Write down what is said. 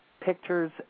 pictures